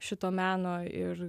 šito meno ir